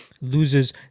loses